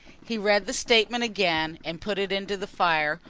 he read the statement again and put it into the fire,